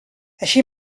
així